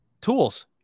tools